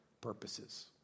purposes